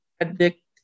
addict